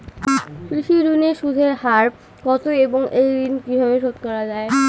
কৃষি ঋণের সুদের হার কত এবং এই ঋণ কীভাবে শোধ করা য়ায়?